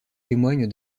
témoigne